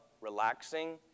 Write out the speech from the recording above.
relaxing